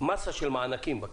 מאסה של מענקים.